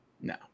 No